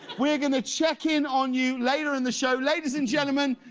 we're going to check in on you later in the show. ladies and gentlemen,